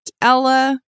Ella